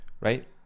right